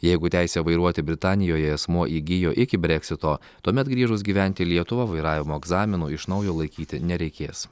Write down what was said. jeigu teisę vairuoti britanijoje asmuo įgijo iki breksito tuomet grįžus gyventi į lietuvą vairavimo egzamino iš naujo laikyti nereikės